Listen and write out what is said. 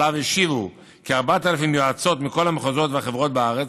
שעליו השיבו כ-4,000 יועצות מכל המחוזות והחברות בארץ,